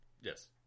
Yes